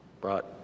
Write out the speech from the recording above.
brought